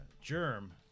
Germ